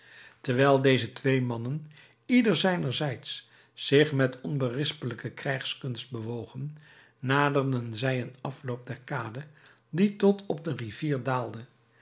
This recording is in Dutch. terwijl deze twee mannen ieder zijnerzijds zich met onberispelijke krijgskunst bewogen naderden zij een afloop der kade die tot op de rivier daalde